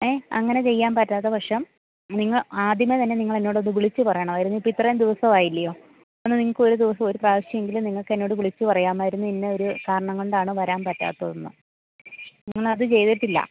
ഏ അങ്ങനെ ചെയ്യാൻ പറ്റാത്ത പക്ഷം നിങ്ങൾ ആദ്യമേ തന്നെ നിങ്ങൾ എന്നോട് അത് വിളിച്ചു പറയണമായിരുന്നു ഇപ്പം ഇത്രയും ദിവസവായില്ലേ എന്നാൽ നിങ്ങൾക്ക് ഒരു ദിവസം ഒരു പ്രാവശ്യമെങ്കിലും നിങ്ങൾക്ക് എന്നോട് വിളിച്ചു പറയാമായിരുന്നു ഇന്ന ഒരു കാരണം കൊണ്ടാണ് വരാൻ പറ്റാത്തതെന്ന് നിങ്ങൾ അത് ചെയ്തിട്ടില്ല